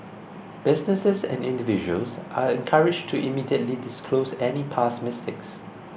businesses and individuals are encouraged to immediately disclose any past mistakes